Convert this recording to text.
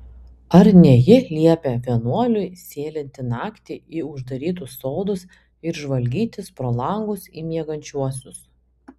ar ne ji liepia vienuoliui sėlinti naktį į uždarytus sodus ir žvalgytis pro langus į miegančiuosius